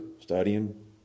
studying